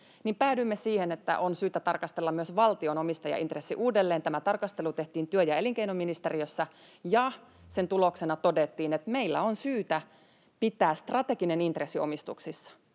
niin päädyimme siihen, että on syytä tarkastella myös valtion omistajaintressi uudelleen. Tämä tarkastelu tehtiin työ- ja elinkeinoministeriössä, ja sen tuloksena todettiin, että meillä on syytä pitää strateginen intressi omistuksissa.